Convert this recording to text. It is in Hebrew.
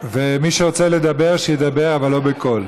מי שרוצה לדבר, שידבר, אבל לא בקול.